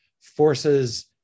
forces